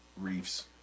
Reef's